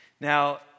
Now